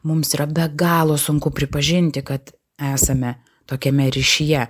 mums yra be galo sunku pripažinti kad esame tokiame ryšyje